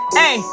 hey